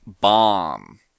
bomb